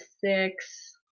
six